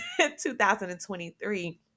2023